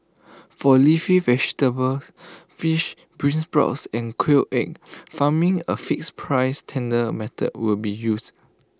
for leafy vegetables fish beansprouts and quail egg farming A fixed price tender method will be used